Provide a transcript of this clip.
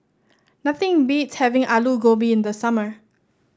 nothing beats having Alu Gobi in the summer